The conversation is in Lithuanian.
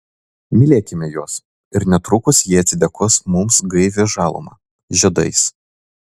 mylėkime juos ir netrukus jie atsidėkos mums gaivia žaluma žiedais